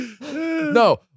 no